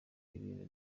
ibintu